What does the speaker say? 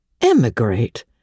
Emigrate